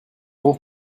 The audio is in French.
ton